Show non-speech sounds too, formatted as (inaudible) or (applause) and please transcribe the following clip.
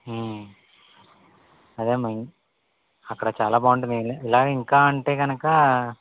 (unintelligible) అక్కడ చాలా బాగుంటది ఇలా ఇంకా అంటే గనక